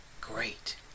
great